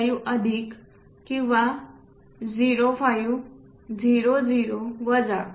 45 अधिक किंवा 05 00 वजा